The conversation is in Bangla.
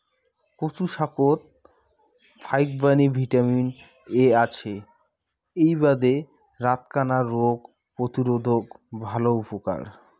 কচু শাকত ফাইকবাণী ভিটামিন এ আছে এ্যাই বাদে রাতকানা রোগ প্রতিরোধত ভালে উপকার